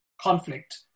conflict